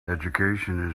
education